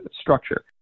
structure